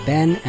Ben